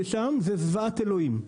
ששם זה זוועת אלוהים,